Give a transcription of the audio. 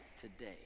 today